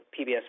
PBS